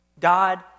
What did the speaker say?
God